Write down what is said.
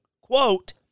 Quote